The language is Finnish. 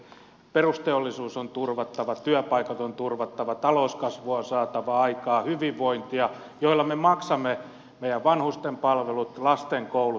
perusteollisuus on turvattava työpaikat on turvattava talouskasvua hyvinvointia on saatava aikaan sitä millä me maksamme meidän vanhusten palvelut lasten koulut